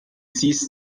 sees